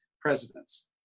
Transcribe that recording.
presidents